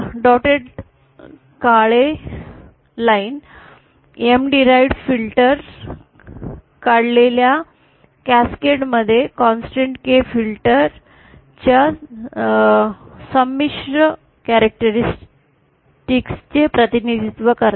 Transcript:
ठिपकेलेले काळे M derived filter काढलेल्या कॅस्केडमध्ये कॉन्सेंटेंट K फिल्टर च्या संमिश्र वैशिष्ट्यांचे प्रतिनिधित्व करतात